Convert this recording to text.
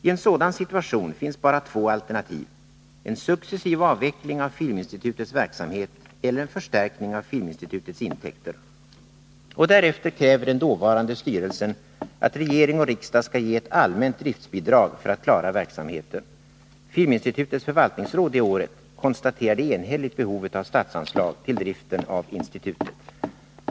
I en sådan situation finns bara två alternativ — en successiv avveckling av filminstitutets verksamhet eller en förstärkning av filminstitutets intäkter.” Därefter kräver den dåvarande styrelsen att regering och riksdag skall ge ett allmänt driftbidrag för att klara verksamheten. Filminstitutets förvaltningsråd det året konstaterade enhälligt behovet av statsanslag till driften av institutet.